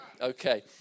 okay